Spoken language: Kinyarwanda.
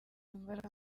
imbaraga